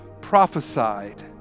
prophesied